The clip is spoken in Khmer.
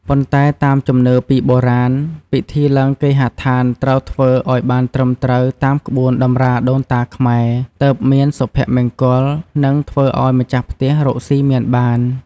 ប៉ុន្តែតាមជំនឿពីបុរាណ ពិធីឡើងគេហដ្ឋានត្រូវធ្វើឱ្យបានត្រឹមត្រូវតាមក្បួនតម្រាដូនតាខ្មែរ ទើបមានសុភមង្គល និងធ្វើឲ្យម្ចាស់ផ្ទះរកសុីមានបាន។